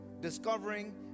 Discovering